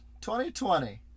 2020